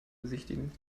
besichtigen